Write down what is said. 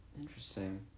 Interesting